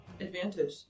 advantage